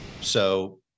So-